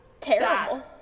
terrible